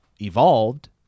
evolved